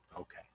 Okay